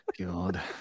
God